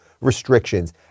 restrictions